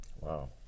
Wow